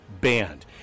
banned